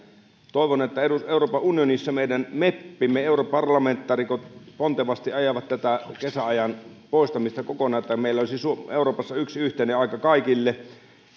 toivon että euroopan unionissa meidän meppimme europarlamentaarikot pontevasti ajavat tätä kesäajan poistamista kokonaan että meillä olisi euroopassa yksi yhteinen aika kaikille